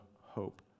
hope